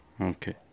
Okay